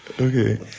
Okay